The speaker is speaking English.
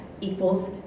equals